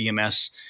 EMS